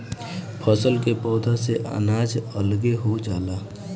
फसल के पौधा से अनाज अलगे हो जाला